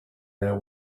their